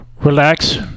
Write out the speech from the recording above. relax